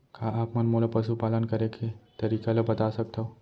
का आप मन मोला पशुपालन करे के तरीका ल बता सकथव?